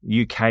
UK